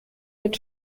mit